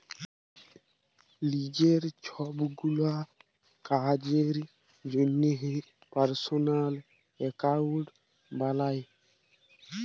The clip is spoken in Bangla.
লিজের ছবগুলা কাজের জ্যনহে পার্সলাল একাউল্ট বালায়